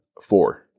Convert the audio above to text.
four